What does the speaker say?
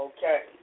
Okay